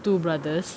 two brothers